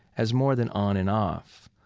as more than on and off,